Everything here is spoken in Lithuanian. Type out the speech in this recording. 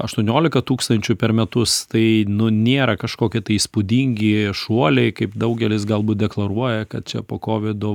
aštuoniolika tūkstančių per metus tai nu nėra kažkokie įspūdingi šuoliai kaip daugelis galbūt deklaruoja kad čia po kovido